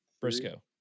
Briscoe